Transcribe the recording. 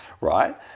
right